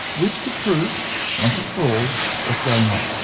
which could prove once and for all what's going on.